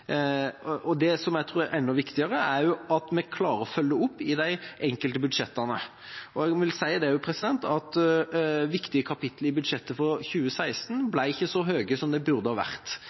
Det jeg tror er enda viktigere, er at vi klarer å følge opp i de enkelte budsjettene. Jeg vil også si at viktige kapittel i budsjettet for 2016 ikke ble så store som de burde ha vært.